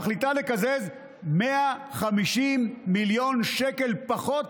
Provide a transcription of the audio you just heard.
150 מיליון שקל פחות